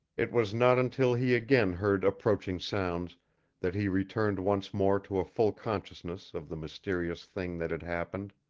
it was not until he again heard approaching sounds that he returned once more to a full consciousness of the mysterious thing that had happened.